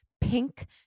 pink